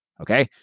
Okay